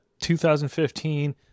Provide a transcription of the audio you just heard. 2015